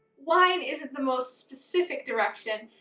wine isn't the most specific direction.